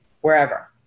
wherever